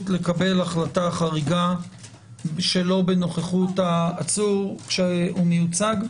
לקבל החלטה חריגה שלא בנוכחות העצור שהוא מיוצג?